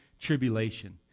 tribulation